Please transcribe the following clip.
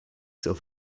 zur